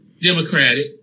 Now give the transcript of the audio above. Democratic